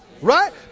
right